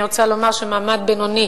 אני רוצה לומר שמעמד בינוני,